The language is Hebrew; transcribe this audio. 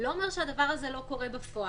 לא אומר שהדבר הזה לא קורה בפועל.